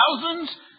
thousands